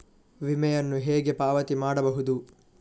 ವಿಮೆಯನ್ನು ಹೇಗೆ ಪಾವತಿ ಮಾಡಬಹುದು?